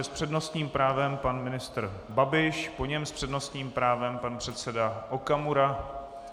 S přednostním právem pan ministr Babiš, po něm s přednostním právem pan předseda Okamura.